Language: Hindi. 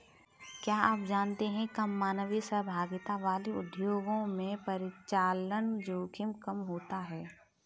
क्या आप जानते है कम मानवीय सहभागिता वाले उद्योगों में परिचालन जोखिम कम होता है?